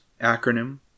acronym